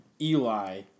Eli